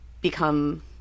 become